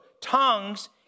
tongues